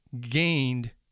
gained